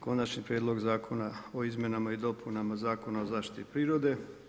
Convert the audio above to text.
Konačni prijedlog zakona o izmjenama i dopunama Zakona o zaštiti prirode.